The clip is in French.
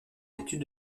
l’étude